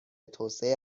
توسعه